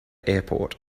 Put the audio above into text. airport